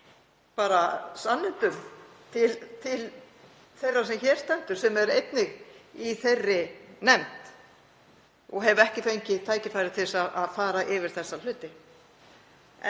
hér sannindum til þeirrar sem hér stendur sem er einnig í nefndinni og hefur ekki fengið tækifæri til að fara yfir þessa hluti.